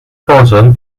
person